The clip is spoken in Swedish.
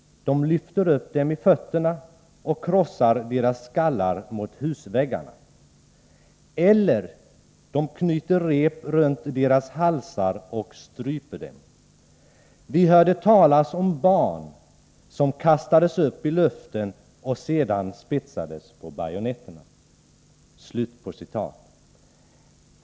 De lyfter upp dem i fötterna och krossar deras skallar mot husväggarna. Eller de knyter rep runt deras halsar och stryper dem. Vi hörde talas om barn som kastades upp i luften och sedan spetsades på bajonetterna.